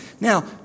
Now